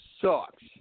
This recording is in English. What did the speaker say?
sucks